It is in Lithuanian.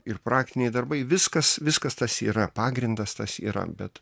ir praktiniai darbai viskas viskas tas yra pagrindas tas yra bet